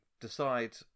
decide